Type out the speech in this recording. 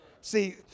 See